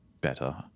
better